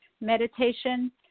meditation